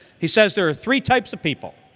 he says there are three types of people.